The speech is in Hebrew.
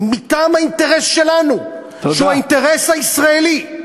מטעם האינטרס שלנו, שהוא האינטרס הישראלי.